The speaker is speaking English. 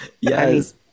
Yes